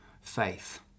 faith